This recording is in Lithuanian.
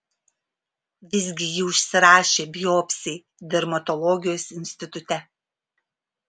visgi ji užsirašė biopsijai dermatologijos institute